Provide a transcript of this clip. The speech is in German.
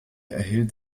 erhielt